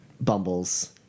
Bumble's